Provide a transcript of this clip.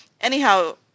Anyhow